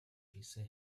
хийсэн